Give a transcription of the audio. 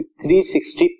360